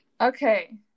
Okay